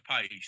pace